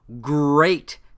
great